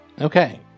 Okay